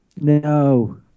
No